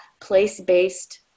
place-based